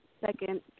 Second